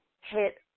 hit